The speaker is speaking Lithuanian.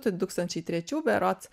du tūkstančiai trečių berods